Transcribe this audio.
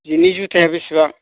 जिनि जुथाया बिसिबां